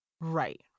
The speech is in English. right